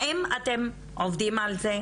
האם אתם עובדים על זה?